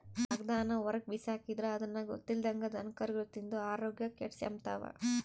ಕಾಗದಾನ ಹೊರುಗ್ಬಿಸಾಕಿದ್ರ ಅದುನ್ನ ಗೊತ್ತಿಲ್ದಂಗ ದನಕರುಗುಳು ತಿಂದು ಆರೋಗ್ಯ ಕೆಡಿಸೆಂಬ್ತವ